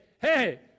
hey